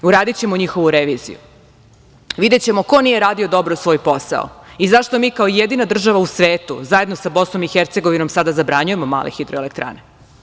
Uradićemo njihovu reviziju i videćemo ko nije radio dobro svoj posao i zašto mi kao jedina država u svetu, zajedno sa Bosnom i Hercegovinom, sada zabranjujemo male hidroelektrane.